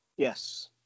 Yes